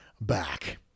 back